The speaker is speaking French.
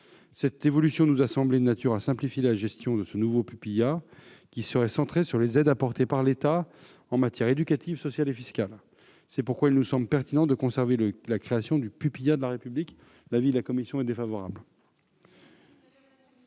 Cette évolution nous a semblé de nature à simplifier la gestion de ce nouveau pupillat, qui serait centré sur les aides apportées par l'État en matières éducative, sociale et fiscale. C'est pourquoi il nous semble pertinent de conserver la création du pupillat de la République. La commission est donc défavorable